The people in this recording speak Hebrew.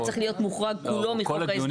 והחוק הזה היה צריך להיות מוחרג כולו מחוק ההסדרים.